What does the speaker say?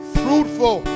fruitful